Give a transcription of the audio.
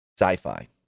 Sci-Fi